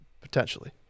Potentially